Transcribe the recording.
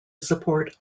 support